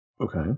Okay